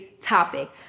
topic